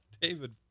David